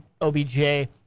OBJ